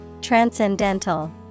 Transcendental